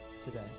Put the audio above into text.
today